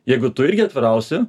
jeigu tu irgi atvirausi